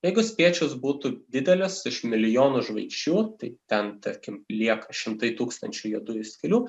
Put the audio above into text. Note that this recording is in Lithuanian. jeigu spiečius būtų didelis iš milijonų žvaigždžių tai ten tarkim lieka šimtai tūkstančių juodųjų skylių